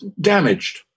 damaged